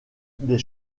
des